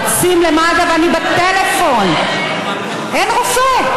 רצים למד"א, ואני בטלפון, אין רופא.